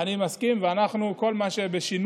אני מבין, אני מסכים, וכל מה שבשינוי,